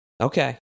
Okay